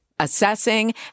assessing